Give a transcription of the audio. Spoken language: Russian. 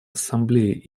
ассамблеей